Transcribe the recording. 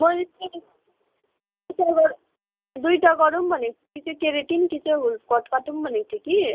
मैले चाहिँ दुइटा गरुम् भनेको थिएँ कि चाहिँ केरेटिन कि चाहिँ वुल्फ कट काटौँ भनेको थिएँ कि